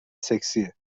سکسیه